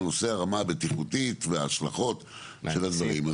נושא רמה הבטיחותית וההשלכות של הדברים.